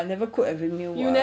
but I never cook every meal [what]